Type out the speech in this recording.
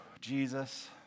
Jesus